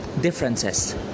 Differences